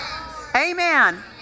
Amen